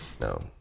No